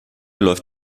läuft